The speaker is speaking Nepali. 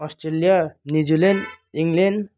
Australia New Zealand England